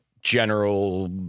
general